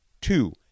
two